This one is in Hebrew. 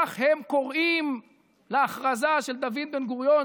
כך הם קוראים להכרזה של דוד בן-גוריון,